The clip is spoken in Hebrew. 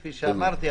כפי שאמרתי,